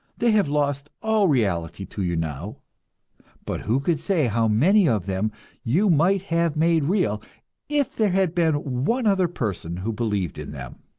they have lost all reality to you now but who can say how many of them you might have made real if there had been one other person who believed in them,